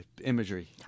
imagery